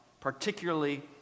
particularly